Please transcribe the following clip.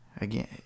Again